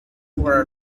for